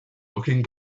looking